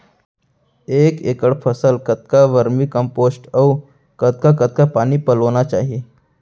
एक एकड़ फसल कतका वर्मीकम्पोस्ट अऊ कतका कतका पानी पलोना चाही?